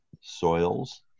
Soils